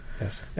Yes